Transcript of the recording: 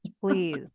please